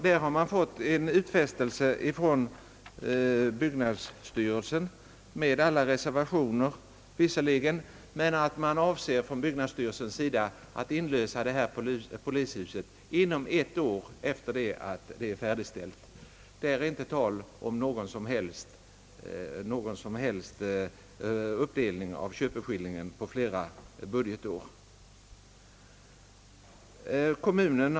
Där har byggnadsstyrelsen gjort en utfästelse, visserligen med alla reservationer, att inlösa polishuset inom ett år efter färdigställandet; det är inte tal om någon uppdelning av köpeskillingen på flera budgetår.